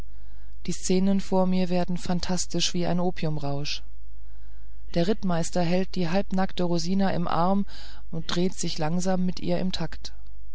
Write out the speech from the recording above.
die szenen vor mir werden phantastisch wie ein opiumrausch der rittmeister hält die halbnackte rosina im arm und dreht sich langsam mit ihr im takt